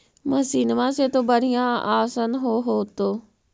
मसिनमा से तो बढ़िया आसन हो होतो?